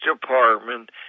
department